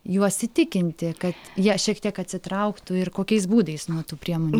juos įtikinti kad jie šiek tiek atsitrauktų ir kokiais būdais nuo tų priemonių